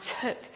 took